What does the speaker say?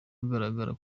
agaragara